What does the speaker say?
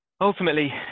ultimately